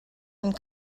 and